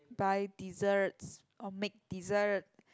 buy desserts or make dessert